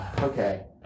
Okay